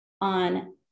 on